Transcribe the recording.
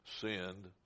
sinned